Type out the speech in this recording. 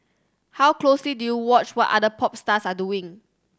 how closely do you watch what other pop stars are doing